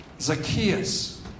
Zacchaeus